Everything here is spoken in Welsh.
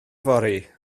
yfory